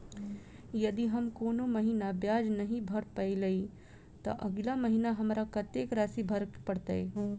यदि हम कोनो महीना ब्याज नहि भर पेलीअइ, तऽ अगिला महीना हमरा कत्तेक राशि भर पड़तय?